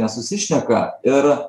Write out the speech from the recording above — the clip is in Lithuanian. nesusišneka ir